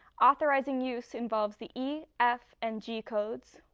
authorizing use involves the e, f and g codes.